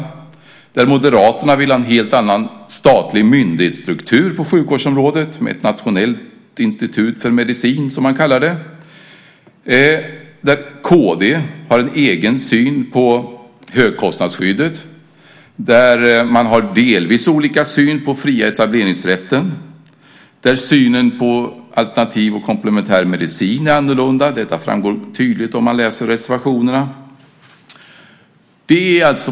Moderaterna vill ha en helt annan statlig myndighetsstruktur på sjukvårdsområdet med ett nationellt institut för medicin, som man kallar det. Kristdemokraterna har en egen syn på högkostnadsskyddet. Man har delvis olika syn på den fria etableringsrätten. Och synen på alternativ och komplementär medicin är annorlunda. Detta framgår tydligt i reservationerna.